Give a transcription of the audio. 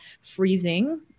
freezing